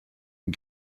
and